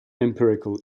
empirical